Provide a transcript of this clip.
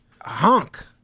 Hunk